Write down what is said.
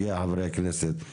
חברי הכנסת הם לא הסוגיה.